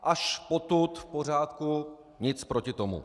Až potud v pořádku, nic proti tomu.